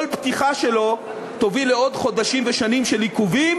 כל פתיחה שלו תוביל לעוד חודשים ושנים של עיכובים,